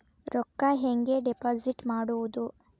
ರೊಕ್ಕ ಹೆಂಗೆ ಡಿಪಾಸಿಟ್ ಮಾಡುವುದು?